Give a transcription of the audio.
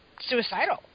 suicidal